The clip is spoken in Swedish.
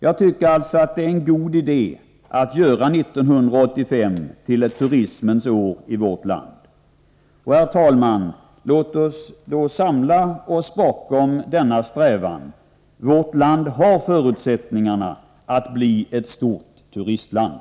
Jag tycker alltså det är en god idé att göra 1985 till ett turismens år i vårt land. Herr talman! Låt oss då samla oss bakom denna strävan. Vårt land har förutsättningarna att bli ett stort turistland.